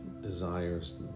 desires